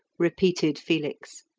repeated felix.